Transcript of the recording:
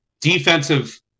Defensive